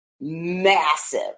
massive